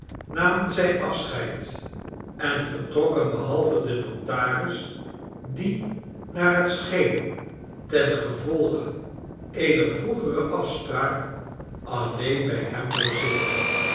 namen zij afscheid en vertrokken behalve de notaris die naar het scheen ten gevolge eener vroegere afspraak alleen bij hem bleef zitten